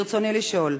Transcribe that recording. ברצוני לשאול: